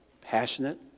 passionate